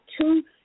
two